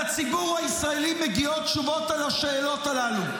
לציבור הישראלי מגיעות תשובות על השאלות הללו.